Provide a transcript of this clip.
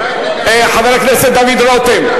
חבר הכנסת דוד רותם,